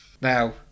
Now